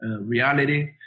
reality